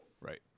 Right